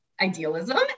idealism